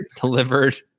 delivered